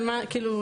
על מה מצביעים?